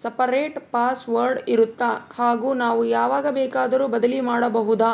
Separate password ಇರುತ್ತಾ ಹಾಗೂ ನಾವು ಯಾವಾಗ ಬೇಕಾದರೂ ಬದಲಿ ಮಾಡಬಹುದಾ?